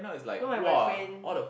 no my my friend